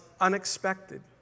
unexpected